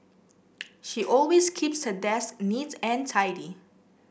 she always keeps her desk neat and tidy